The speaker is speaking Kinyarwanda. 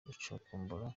gucukumbura